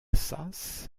sas